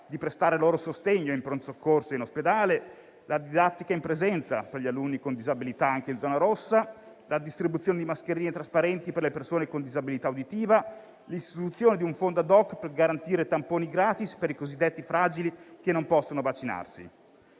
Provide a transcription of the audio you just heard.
di prestare loro sostegno in pronto soccorso e in ospedale, la didattica in presenza per gli alunni con disabilità anche in zona rossa, la distribuzione di mascherine trasparenti per le persone con disabilità uditiva e l'istituzione di un fondo *ad hoc* per garantire tamponi *gratis* per i cosiddetti fragili che non possono vaccinarsi.